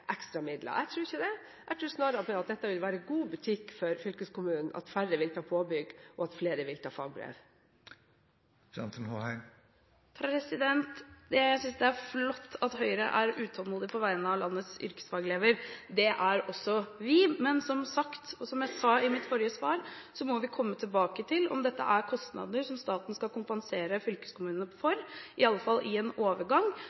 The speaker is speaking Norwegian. midler. Jeg tror ikke det. Jeg tror snarere det vil være god butikk for fylkeskommunen at færre vil ta påbygg, og at flere vil ta fagbrev. Jeg synes det er flott at Høyre er utålmodig på vegne av landets yrkesfagelever. Det er også vi. Men som jeg sa i mitt forrige svar, må vi komme tilbake til om dette er kostnader som staten skal kompensere fylkeskommunene for. Iallfall i en overgang